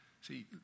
See